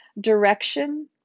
direction